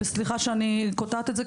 סליחה שאני קוטעת את זה,